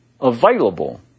available